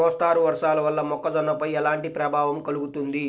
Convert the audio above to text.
మోస్తరు వర్షాలు వల్ల మొక్కజొన్నపై ఎలాంటి ప్రభావం కలుగుతుంది?